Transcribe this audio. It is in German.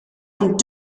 und